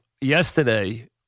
yesterday